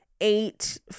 eight